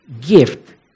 gift